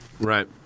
Right